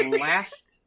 last